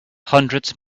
hundreds